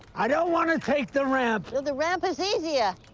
i don't want to take the ramp. well, the ramp is easier.